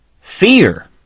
Fear